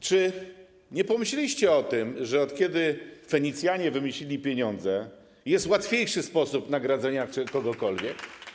Czy nie pomyśleliście o tym, że od kiedy Fenicjanie wymyślili pieniądze, jest łatwiejszy sposób nagradzania kogokolwiek?